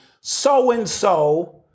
so-and-so